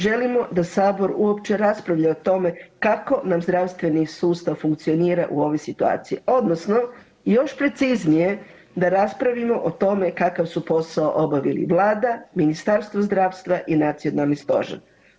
Želimo da Sabor uopće raspravlja o tome kako nam zdravstveni sustav funkcionira u ovoj situaciji, odnosno još preciznije da raspravimo o tome kakav su posao obavili Vlada, Ministarstvo zdravstva i Nacionalni stožer.